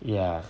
ya